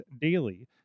daily